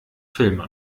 filme